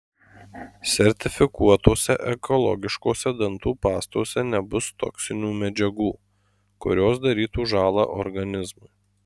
sertifikuotose ekologiškose dantų pastose nebus toksinių medžiagų kurios darytų žąlą organizmui